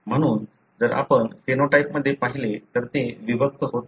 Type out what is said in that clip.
म्हणून जर आपण फेनोटाइप मध्ये पाहिले तर ते विभक्त होत नाही